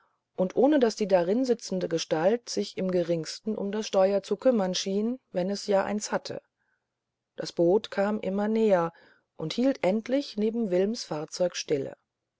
und ohne daß die darin sitzende gestalt sich im geringsten um das steuer zu bekümmern schien wenn es ja eins hatte das boot kam immer näher und hielt endlich neben wilms fahrzeug stille